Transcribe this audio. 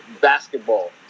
basketball